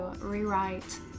rewrite